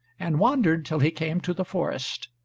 and wandered till he came to the forest,